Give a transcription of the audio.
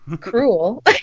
Cruel